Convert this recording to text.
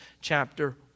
chapter